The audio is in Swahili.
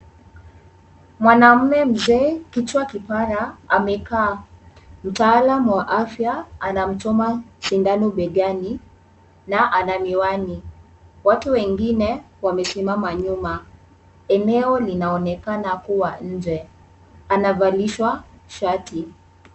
Mwanaume mzee, kichwa kipara, amekaa. Mtaalamu wa afya anamchoma sindano begani, na ana miwani. Watu wengine wamesima nyuma. Eneo linaonekana kuwa nje, anavalishwa shati.